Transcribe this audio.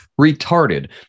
retarded